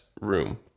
room